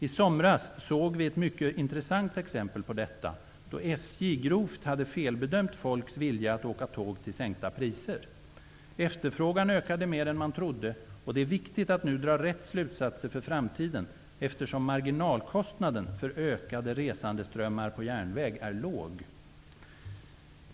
I somras såg vi ett mycket intressant exempel på detta, då SJ grovt hade felbedömt folks vilja att åka tåg till sänkta priser. Efterfrågan ökade mer än man trodde. Det är viktigt att man nu drar rätt slutsatser för framtiden, eftersom marginalkostnaden för ökade resandeströmmar på järnväg är låg.